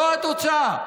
זו התוצאה.